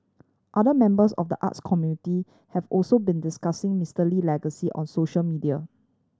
other members of the arts community have also been discussing Mister Lee legacy on social media